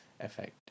effect